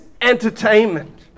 entertainment